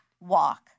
walk